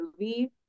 movie